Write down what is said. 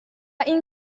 این